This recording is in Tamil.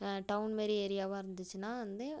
டவுன் மாரி ஏரியாவா இருந்துச்சுன்னால் வந்து